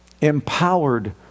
empowered